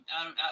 Adam